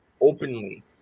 openly